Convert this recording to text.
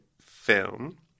film